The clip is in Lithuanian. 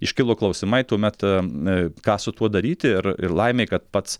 iškilo klausimai tuomet na ką su tuo daryti ir ir laimė kad pats